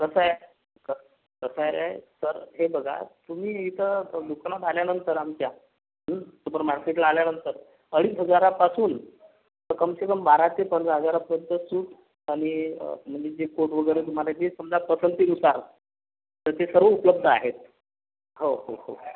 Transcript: कसं आहे कसं आहे रे सर हे बघा तुमी इथं दुकानात आल्यानंतर आमच्या सुपर मार्केटला आल्यानंतर अडीच हजारापासून तर कम से कम बारा ते पंधरा हजारापर्यंत सूट आणि म्हणजे जे कोट वगैरे तुम्हाला जे समजा पसंतीनुसार तर ते सर्व उपलब्ध आहेत हो हो हो